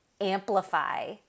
amplify